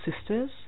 sisters